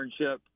internship